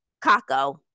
Kako